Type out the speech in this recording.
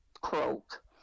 croak